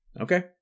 Okay